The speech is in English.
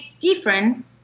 different